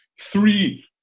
three